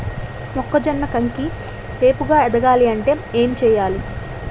మొక్కజొన్న కంకి ఏపుగ ఎదగాలి అంటే ఏంటి చేయాలి?